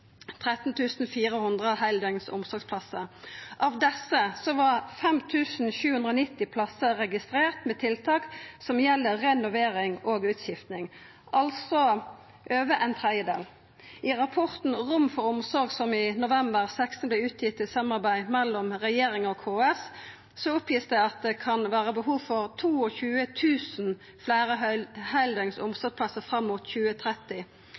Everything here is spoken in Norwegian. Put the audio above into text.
heildøgns omsorgsplassar. Av desse var 5 790 plassar registrerte med tiltak som gjeld renovering og utskifting, altså over ein tredjedel. I rapporten «Rom for omsorg» frå november 2016, som vart utgitt i samarbeid mellom regjeringa og KS, vert det oppgitt at det kan vera behov for 22 000 fleire heildøgns omsorgsplassar fram mot 2030.